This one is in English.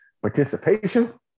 participation